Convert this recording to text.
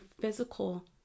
physical